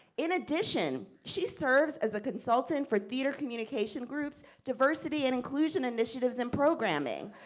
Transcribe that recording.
in addition, she serves as a consultant for theater communication groups, diversity and inclusion initiatives and programming,